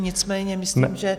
Nicméně myslím, že...